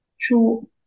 true